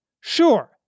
Sure